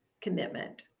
commitment